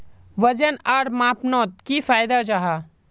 वजन आर मापनोत की फायदा जाहा?